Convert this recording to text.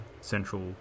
central